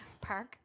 park